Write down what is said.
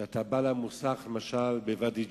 כשאתה בא למוסך, למשל בוואדי-ג'וז,